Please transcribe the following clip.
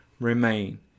remain